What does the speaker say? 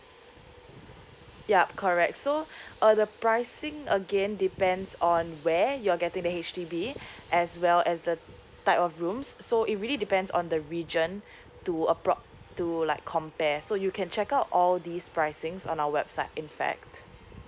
yup correct so uh the pricing again depends on where you're getting the H_D_B as well as the type of rooms so it really depends on the region to appro~ to like compare so you can check out all these pricing on our website in fact